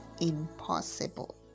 impossible